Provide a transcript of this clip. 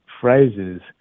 phrases